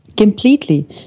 Completely